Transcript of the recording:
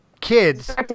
kids